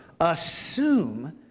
assume